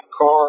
car